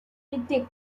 été